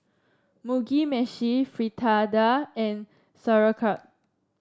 Mugi Meshi Fritada and Sauerkraut